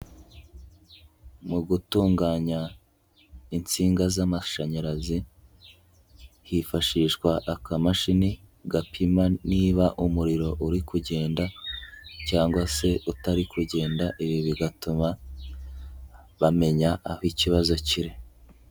Mu gutunganya insinga z'amashanyarazi, hifashishwa akamashini gapima niba umuriro uri kugenda cyangwa se utari kugenda, ibi bigatuma bamenya aho ikibazo kiri.